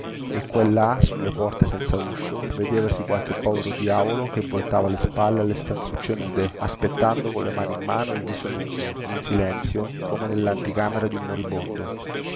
e là sulle porte senza uscio vedevasi qualche povero diavolo che voltava le spalle alle stanzucce nude aspettando colle mani in mano e il viso lungo in silenzio come nellanticamera di un moribondo